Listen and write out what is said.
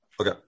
Okay